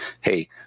hey